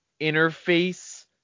interface